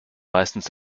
meistens